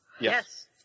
Yes